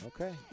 Okay